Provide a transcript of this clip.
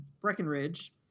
Breckenridge